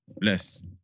Bless